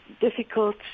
difficult